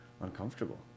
uncomfortable